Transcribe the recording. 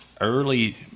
early